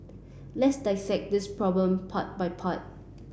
let's dissect this problem part by part